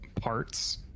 parts